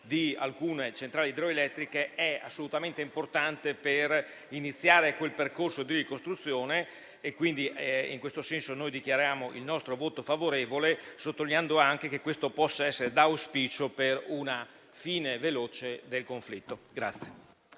di alcune centrali idroelettriche è assolutamente importante per iniziare quel percorso di ricostruzione. Dichiariamo pertanto il nostro voto favorevole, augurandoci anche che questo possa essere d'auspicio per una fine veloce del conflitto.